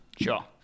sure